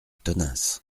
tonneins